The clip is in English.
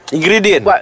Ingredient